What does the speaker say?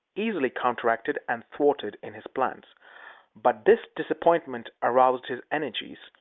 easily counteracted and thwarted in his plans but this disappointment aroused his energies,